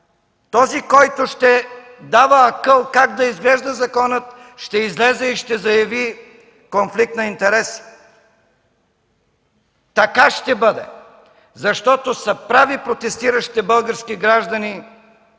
този, който ще дава акъл как да изглежда законът, ще излезе и ще заяви конфликт на интереси. Така ще бъде, защото са прави протестиращите български граждани